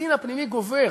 הדין הפנימי גובר,